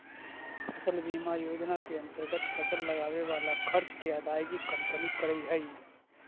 फसल बीमा योजना के अंतर्गत फसल लगावे वाला खर्च के अदायगी कंपनी करऽ हई